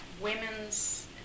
women's